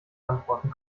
antworten